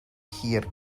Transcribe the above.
hir